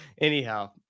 Anyhow